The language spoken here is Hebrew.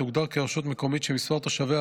שתוגדר כרשות מקומית שמספר תושביה